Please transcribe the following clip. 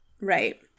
Right